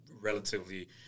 relatively